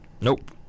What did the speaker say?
Nope